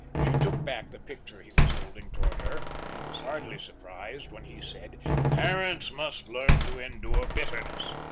she took back the picture he was holding towards her and was hardly surprised when he said parents must learn to endure bitterness.